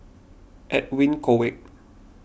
Edwin Koek